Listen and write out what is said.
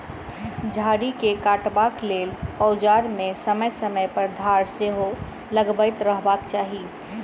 झाड़ी के काटबाक लेल औजार मे समय समय पर धार सेहो लगबैत रहबाक चाही